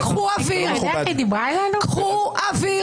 קחו אוויר.